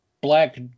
black